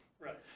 Right